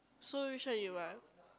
so which one you want